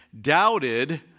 doubted